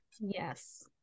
Yes